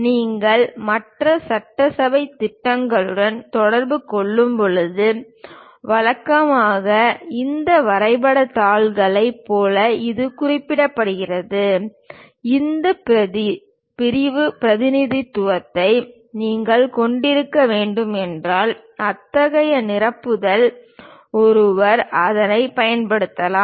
நீங்கள் மற்ற சட்டசபை திட்டங்களுடன் தொடர்பு கொள்ளும்போது வழக்கமாக இந்த வரைபடத் தாள்களைப் போல இது குறிப்பிடப்படுகிறது இந்த பிரிவு பிரதிநிதித்துவத்தை நீங்கள் கொண்டிருக்க வேண்டும் என்றால் அத்தகைய நிரப்புதல் ஒருவர் அதைப் பயன்படுத்தலாம்